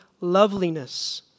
loveliness